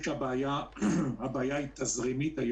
היום הבעיה במשק היא תזרימית,